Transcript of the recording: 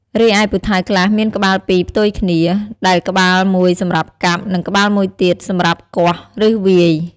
រីឯពូថៅខ្លះមានក្បាលពីរផ្ទុយគ្នា ដែលក្បាលមួយសម្រាប់កាប់ និងក្បាលមួយទៀតសម្រាប់គាស់ ឬវាយ។